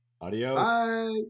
adios